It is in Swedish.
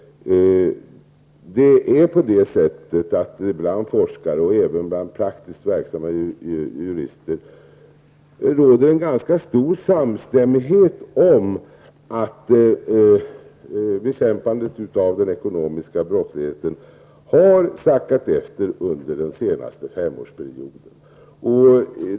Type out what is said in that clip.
Bland forskare och även bland praktiskt verksamma jurister råder en ganska stor samstämmighet om att bekämpandet av den ekonomiska brottsligheten har sackat efter under den senaste femårsperioden.